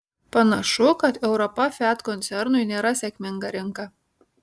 panašu kad europa fiat koncernui nėra sėkminga rinka